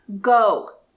Go